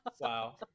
wow